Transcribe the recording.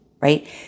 right